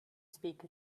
speak